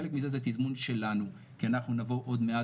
חלק מזה זה תזמון שלנו כי אנחנו נבוא עוד מעט